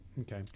Okay